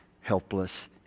helpless